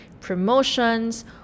promotions